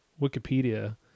Wikipedia